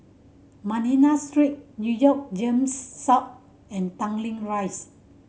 Manila Street Newton GEMS South and Tanglin Rise